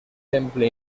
temple